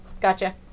gotcha